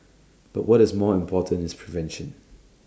but what is more important is prevention